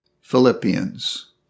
Philippians